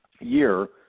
year